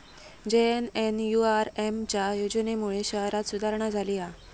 JNNURM च्या योजनेमुळे शहरांत सुधारणा झाली हा